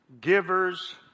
givers